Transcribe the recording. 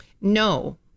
No